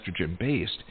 estrogen-based